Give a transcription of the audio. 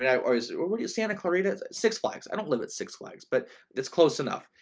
and i always what santa clarita, six flags. i don't live at six flags, but it's close enough.